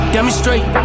Demonstrate